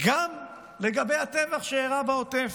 גם לגבי הטבח שאירע בעוטף.